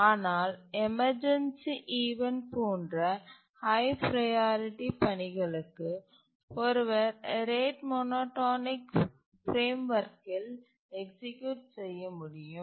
ஆனால் emergency event போன்ற high priority பணிகளுக்கு ஒருவர் ரேட் மோனோடோனிக் பிரேம் வொர்க்கில் எக்சீக்யூட் செய்ய முடியும்